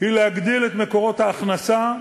היא להגדיל את מקורות ההכנסה,